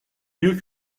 mieux